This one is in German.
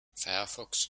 firefox